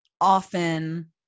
often